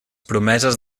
promeses